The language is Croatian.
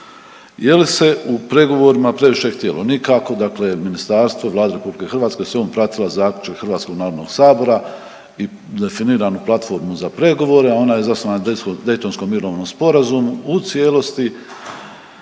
Jel se u pregovorima previše htjelo? Nikako dakle ministarstvo, Vlada RH …/Govornik se ne razumije./… pratila zaključak Hrvatskog narodnog sabora i definiranu platformu za pregovore, ona je zasnovana na Daytonskom mirovnom sporazumu u cijelosti,